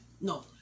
no